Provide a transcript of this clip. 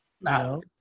No